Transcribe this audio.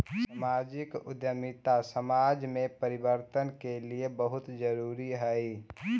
सामाजिक उद्यमिता समाज में परिवर्तन के लिए बहुत जरूरी हई